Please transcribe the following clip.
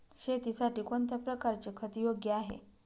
शेतीसाठी कोणत्या प्रकारचे खत योग्य आहे?